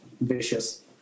vicious